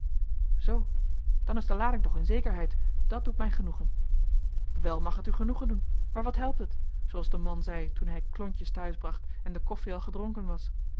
zoo dan is de lading toch in zekerheid dat doet mij genoegen wel mag het u genoegen doen maar wat helpt het zooals de man zei toen hij klontjes te huis bracht en de koffie al gedronken was